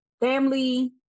family